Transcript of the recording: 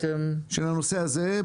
של הנושא הזה,